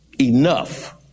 enough